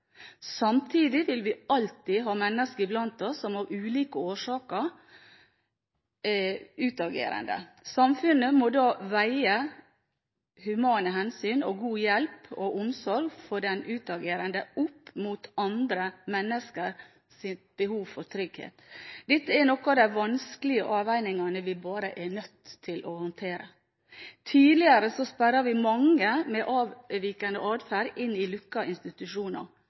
Samtidig vil vi alltid ha mennesker iblant oss som av ulike årsaker er utagerende. Samfunnet må da veie humane hensyn og god hjelp til og omsorg for den utagerende opp mot andre menneskers behov for trygghet. Dette er noen av de vanskelige avveiningene vi bare er nødt til å håndtere. Tidligere sperret vi mange med avvikende atferd inn i lukkede institusjoner.